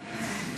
סילבניט.